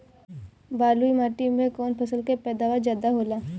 बालुई माटी में कौन फसल के पैदावार ज्यादा होला?